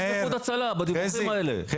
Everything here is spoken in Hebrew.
אני